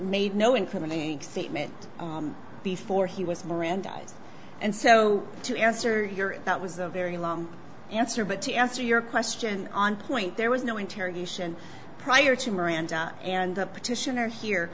made no incriminating statement before he was mirandized and so to answer here that was a very long answer but to answer your question on point there was no interrogation prior to miranda and the petitioner here